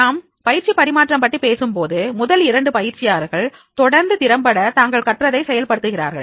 நாம் பயிற்சி பரிமாற்றம் பற்றி பேசும்போது முதல் இரண்டு பயிற்சியாளர்கள் தொடர்ந்து திறம்பட தாங்கள் கற்றதை செயல்படுத்துகிறார்கள்